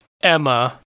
Emma